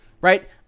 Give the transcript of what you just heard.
right